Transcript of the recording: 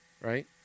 right